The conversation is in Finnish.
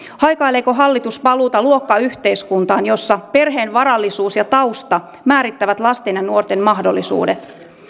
haikaileeko hallitus paluuta luokkayhteiskuntaan jossa perheen varallisuus ja tausta määrittävät lasten ja nuorten mahdollisuudet